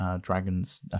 Dragon's